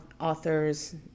authors